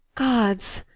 gods,